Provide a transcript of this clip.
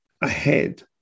ahead